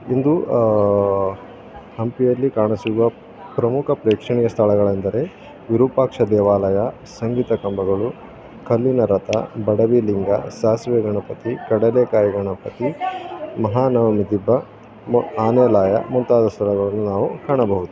ಇಂದು ಹಂಪಿಯಲ್ಲಿ ಕಾಣ ಸಿಗುವ ಪ್ರಮುಖ ಪ್ರೇಕ್ಷಣೀಯ ಸ್ಥಳಗಳೆಂದರೆ ವಿರೂಪಾಕ್ಷ ದೇವಾಲಯ ಸಂಗೀತ ಕಂಬಗಳು ಕಲ್ಲಿನ ರಥ ಬಡವಿ ಲಿಂಗ ಸಾಸಿವೆ ಗಣಪತಿ ಕಡಲೆಕಾಯಿ ಗಣಪತಿ ಮಹಾನವಮಿ ದಿಬ್ಬ ಮ್ ಆನೆ ಲಾಯ ಮುಂತಾದ ಸ್ಥಳಗಳನ್ನು ನಾವು ಕಾಣಬಹುದು